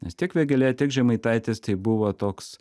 nes tiek vėgėlė tiek žemaitaitis tai buvo toks